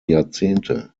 jahrzehnte